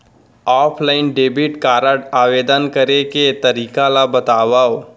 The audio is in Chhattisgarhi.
ऑफलाइन डेबिट कारड आवेदन करे के तरीका ल बतावव?